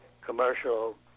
commercial